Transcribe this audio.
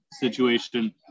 situation